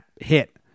hit